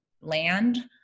land